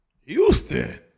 Houston